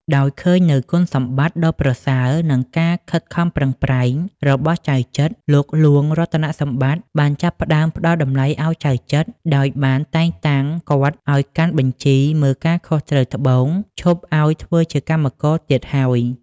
ដោយឃើញនូវគុណសម្បត្តិដ៏ប្រសើរ និងការខិតខំប្រឹងប្រែងរបស់ចៅចិត្រ លោកហ្លួងរតនសម្បត្តិបានចាប់ផ្ដើមផ្ដល់តម្លៃឲ្យចៅចិត្រ ដោយបានតែងតាំងគាត់ឲ្យកាន់បញ្ជីមើលការខុសត្រូវត្បូង ឈប់ឲ្យធ្វើជាកម្មករទៀតហើយ។